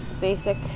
Basic